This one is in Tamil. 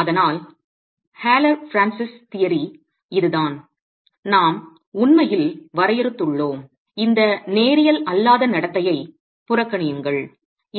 அதனால் ஹாலர் பிரான்சிஸ் கோட்பாடு இதுதான் நாம் உண்மையில் வரையறுத்துள்ளோம் இந்த நேரியல் அல்லாத நடத்தையை புறக்கணியுங்கள்